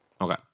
Okay